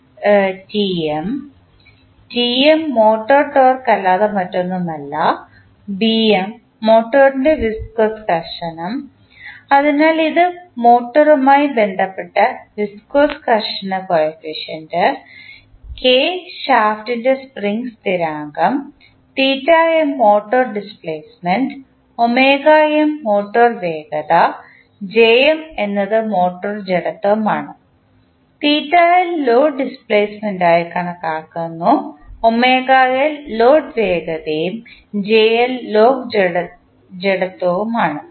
വേരിയബിളുകൾ motor torque അല്ലാതെ മറ്റൊന്നുമല്ല മോട്ടോറിൻറെ വിസ്കോസ് ഘർഷണം അതിനാൽ ഇത് മോട്ടറുമായി ബന്ധപ്പെട്ട വിസ്കോസ് ഘർഷണ കോയഫിഷ്യന്റ് K ഷാഫ്റ്റിൻറെ സ്പ്രിംഗ് സ്ഥിരാങ്കം മോട്ടോർ ഡിസ്പ്ലേസ്മെന്റ് മോട്ടോർ വേഗത Jm എന്നത് മോട്ടോർ ജഡത്വമാണ് ലോഡ് ഡിസ്പ്ലേസ്മെന്റായി കണക്കാക്കുന്നു ലോഡ് വേഗതയും ലോഡ് ജഡത്വവുമാണ്